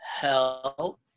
Help